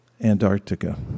Antarctica